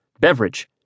Beverage